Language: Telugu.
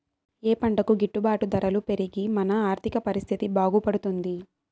ఏ పంటకు గిట్టు బాటు డబ్బులు పెరిగి మన ఆర్థిక పరిస్థితి బాగుపడుతుంది?